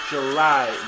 July